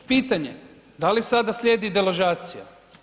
Pitanje, da li sada slijedi deložacija?